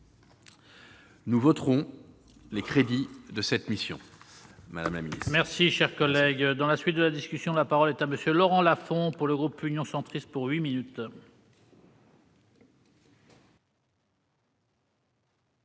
nous voterons les crédits de cette mission.